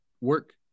work